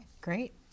great